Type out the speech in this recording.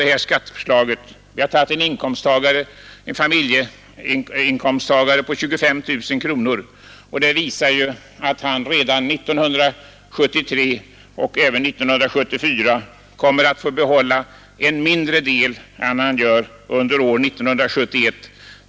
Det har ju sagts här tidigare att det är sådana inkomsttagare som skulle få nytta av skatteförslaget. Av tabellen framgår att han redan 1973 och 1974 kommer att få behålla en mindre del av inkomsterna än han gör under år 1971.